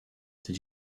did